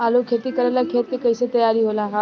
आलू के खेती करेला खेत के कैसे तैयारी होला?